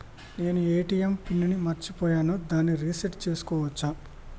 నేను ATM PIN ని మరచిపోయాను దాన్ని రీ సెట్ చేసుకోవచ్చా?